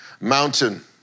mountain